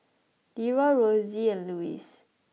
Ieroy Rosie and Luis